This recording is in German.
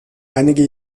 einige